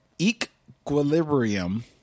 equilibrium